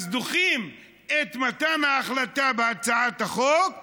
אז דוחים את מתן ההחלטה בהצעת החוק בחודשיים.